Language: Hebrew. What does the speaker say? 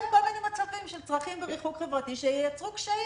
כל מיני מצבים של צרכים בריחוק חברתי שייצרו קשיים.